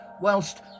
whilst